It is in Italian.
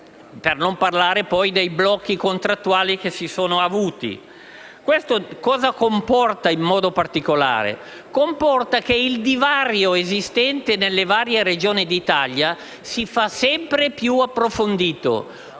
(senza citare i blocchi contrattuali che si sono avuti). Questo cosa comporta in modo particolare? Che il divario esistente nelle varie Regioni d'Italia si fa sempre più profondo.